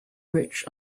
ridge